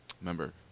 Remember